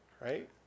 Right